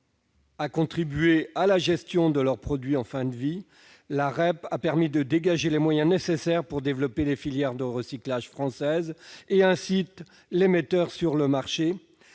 à contribuer à la gestion de leurs produits en fin de vie, la REP a permis de dégager les moyens nécessaires pour développer les filières de recyclage françaises et incite les metteurs sur le marché